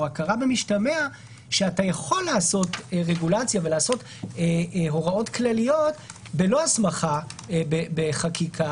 הכרה במשתמע כשאתה יכול לעשות רגולציה והוראות כלליות בלי הסמכה בחקיקה,